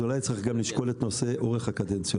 אז אולי צריך גם לשקול את נושא אורך הקדנציות.